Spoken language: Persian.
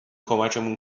کمکمون